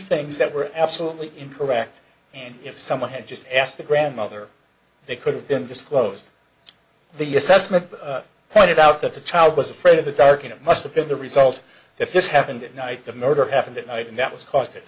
things that were absolutely incorrect and if someone had just asked the grandmother they could have been disclosed the you assessment pointed out that the child was afraid of the dark and it must have been the result if this happened at night the murder happened that night and that was caused